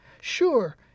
Sure